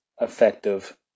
effective